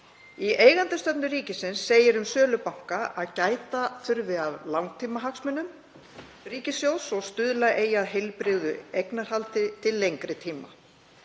Í eigendastefnu ríkisins segir um sölu banka að gæta þurfi að langtímahagsmunum ríkissjóðs og stuðla eigi að heilbrigðu eignarhaldi til lengri tíma.